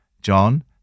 John